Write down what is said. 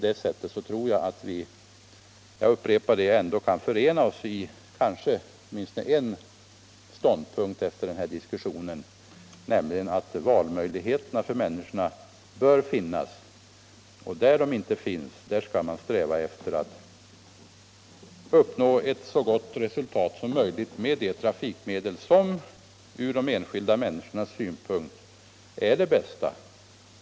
Därför tror jag att vi — jag upprepar det — kan förena oss beträffande åtminstone en ståndpunkt efter den här diskussionen, nämligen att valmöjligheter bör finnas. Där sådana inte finns bör man sträva efter att nå ett så gott resultat som möjligt med de trafikmedel som ur de enskilda människornas synpunkter är de bästa.